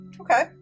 Okay